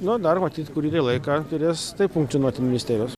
na dar matyt kurį tai laiką turės taip funkcionuoti ministerijos